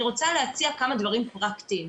אני רוצה להציע כמה דברים פרקטיים.